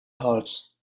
horse